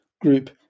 group